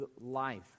life